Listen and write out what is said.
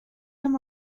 him